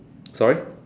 sorry